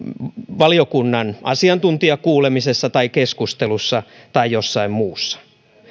valiokunnan asiantuntijakuulemisessa tai keskustelussa tai jossain muualla